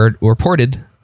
reported